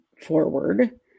forward